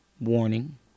warning